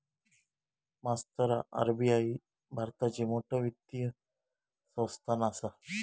मास्तरा आर.बी.आई भारताची मोठ वित्तीय संस्थान आसा